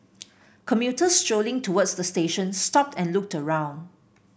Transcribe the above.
commuters strolling towards the station stopped and looked around